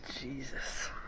Jesus